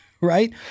Right